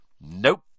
Nope